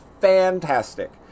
fantastic